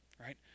right